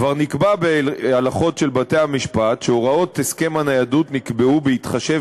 כבר נקבע בהלכות של בתי-המשפט שהוראות הסכם הניידות נקבעו בהתחשב,